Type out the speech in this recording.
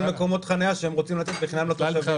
מקומות חנייה שהם רוצים לתת בחינם לתושבים.